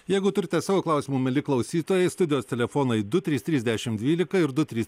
jeigu turite savo klausimų mieli klausytojai studijos telefonai du trys dešimt dvylika ir du trys